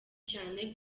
cyane